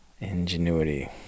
Ingenuity